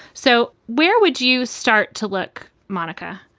so where would you start to look, monica,